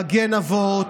מגן אבות,